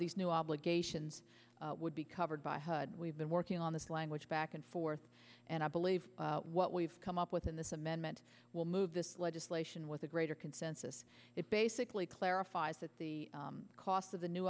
these new obligations would be covered by hud we've been working on this language back and forth and i believe what we've come up with in this amendment will move this legislation with a greater consensus it basically clarifies that the cost of the new